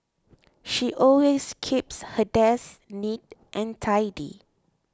she always keeps her desk neat and tidy